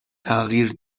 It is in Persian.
تغییر